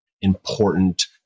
important